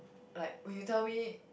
like when you tell me